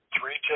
three